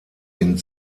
den